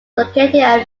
located